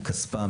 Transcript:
מכספם,